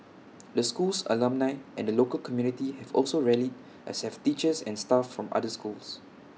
the school's alumni and the local community have also rallied as have teachers and staff from other schools